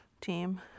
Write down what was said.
team